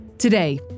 Today